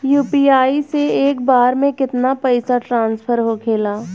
UPI से एक बार मे केतना पैसा ट्रस्फर होखे ला?